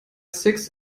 six